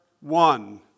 one